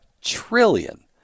trillion